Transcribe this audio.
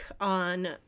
on